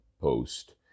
post